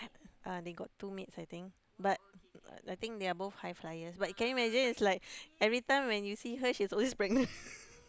uh they got two maids I think but I think they are both high flyers but can you imagine it's like everytime when you see her she's always pregnant